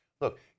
look